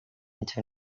into